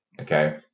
Okay